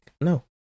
no